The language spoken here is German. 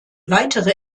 weitere